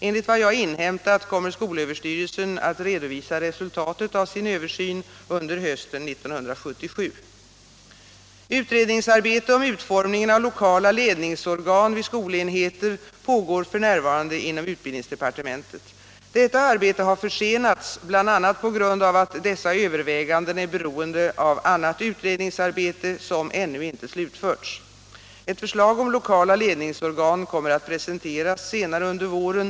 Enligt vad jag inhämtat kommer skolöverstyrelsen att redovisa resultatet av sin översyn under hösten 1977. Utredningsarbetet om utformningen av lokala ledningsorgan vid skolenheter pågår f. n. inom utbildningsdepartementet. Detta arbeta har för senats bl.a. på grund av att dessa överväganden är beroende av annat — Nr 103 utredningsarbete, som ännu inte slutförts. Ett förslag om lokala lednings Fredagen den organ kommer att presenteras senare under våren.